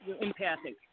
empathic